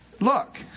Look